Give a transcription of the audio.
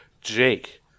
Jake